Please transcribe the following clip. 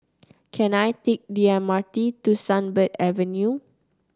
can I take the M R T to Sunbird Avenue